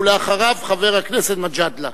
אחריו, חבר הכנסת מג'אדלה.